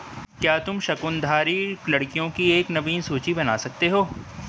क्या तुम शंकुधारी लकड़ियों की एक नवीन सूची बना सकते हो?